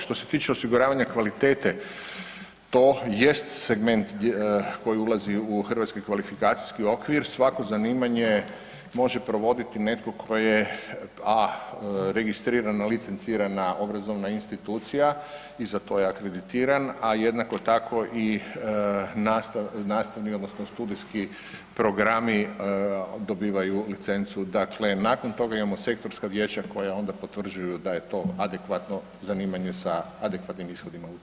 Što se tiče osiguravanja kvalitete, to jest segment koji ulazi u HKO, svako zanimanje može provoditi netko tko je, a registrirana licencirana obrazovna institucija i za to je akreditiran, a jednako tako i nastavni odnosno studijski programi dobivaju licencu, dakle nakon toga imamo sektorska vijeća koja onda potvrđuju da je to adekvatno zanimanje sa adekvatnim ishodima učenja.